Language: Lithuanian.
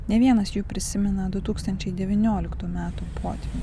ne vienas jų prisimena du tūkstančiai devynioliktų metų potvynį